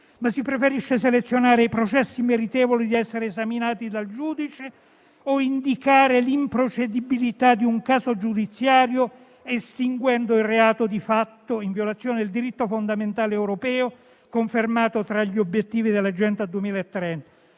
Si preferisce invece selezionare i processi meritevoli di essere esaminati dal giudice o indicare l'improcedibilità di un caso giudiziario, estinguendo il reato, di fatto in violazione del diritto fondamentale europeo confermato tra gli obiettivi dell'agenda 2030: